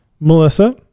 Melissa